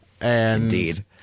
Indeed